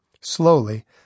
Slowly